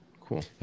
cool